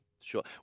Sure